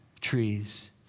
trees